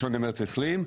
1 למרץ 2020,